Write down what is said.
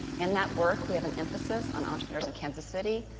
in that work, we have an emphasis on entrepreneurs in kansas city,